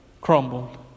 crumbled